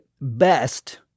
best